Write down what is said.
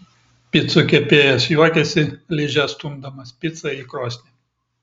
picų kepėjas juokiasi liže stumdamas picą į krosnį